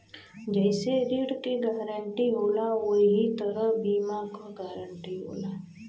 जइसे ऋण के गारंटी होला वही तरह बीमा क गारंटी होला